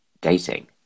dating